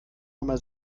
nummer